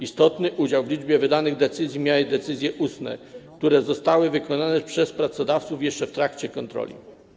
Istotny udział w liczbie wydanych decyzji miały decyzje ustne, które zostały wykonane przez pracodawców jeszcze w trakcie kontroli.